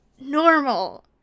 normal